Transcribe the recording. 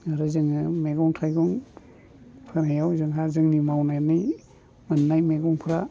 आरो जोङो मैगं थाइगं फोनायाव जोंहा जोंनो मावनानै मोननाय मैगंफ्रा